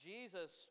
Jesus